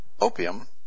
Opium